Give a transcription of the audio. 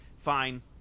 fine